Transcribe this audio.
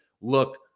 look